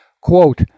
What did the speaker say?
Quote